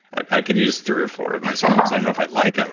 i could use three or four of myselves. i don't know if i'd like them,